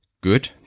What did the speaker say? good